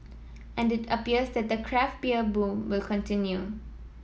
and it appears that the craft beer boom will continue